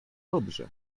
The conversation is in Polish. dobrze